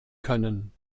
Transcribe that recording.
können